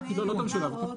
לא את המשולב.